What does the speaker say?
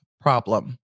problem